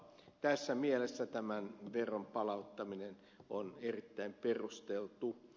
tässä mielessä tämän veron palauttaminen on erittäin perusteltua